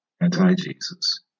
Anti-Jesus